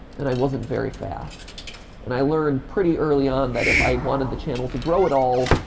and i wasn't very fast and i learned pretty early on that if i wanted the channel to grow at all,